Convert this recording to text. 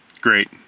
Great